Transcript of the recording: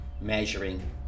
measuring